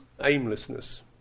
aimlessness